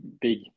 big